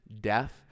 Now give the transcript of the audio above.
death